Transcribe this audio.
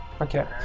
okay